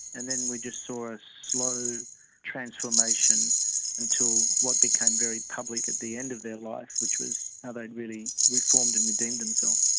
and then we just saw a slow transformation until what became very public at the end of their life, which was how they'd really reformed and redeemed themselves.